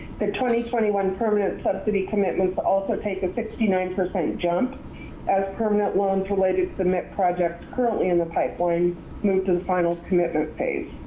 the twenty, twenty one permanent subsidy commitments also take a sixty nine percent jump as permanent loans related to the mip projects currently in the pipeline move to the final commitment phase.